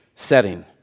setting